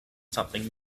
something